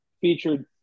featured